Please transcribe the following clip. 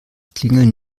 klingeln